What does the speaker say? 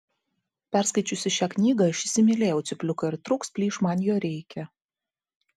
perskaičiusi šią knygą aš įsimylėjau cypliuką ir trūks plyš man jo reikia